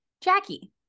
Jackie